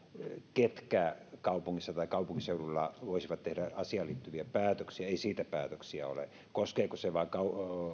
ketkä kaupungissa tai kaupunkiseudulla voisivat tehdä asiaan liittyviä päätöksiä ei siitä ole päätöksiä koskeeko se vain